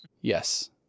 Yes